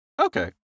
Okay